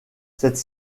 cette